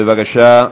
בבקשה.